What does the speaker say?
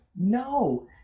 No